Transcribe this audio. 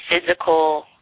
physical